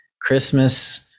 Christmas